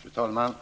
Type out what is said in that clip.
Fru talman!